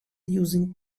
using